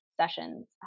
sessions